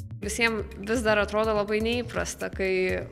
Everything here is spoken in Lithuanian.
visiem vis dar atrodo labai neįprasta kai